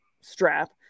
strap